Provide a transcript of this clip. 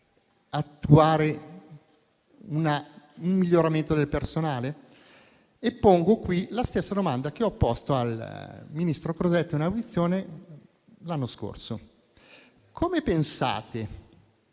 migliore attuare un miglioramento del personale? Pongo qui la stessa domanda che ho posto al ministro Crosetto in audizione l'anno scorso: come pensate